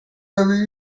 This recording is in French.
avez